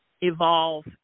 evolve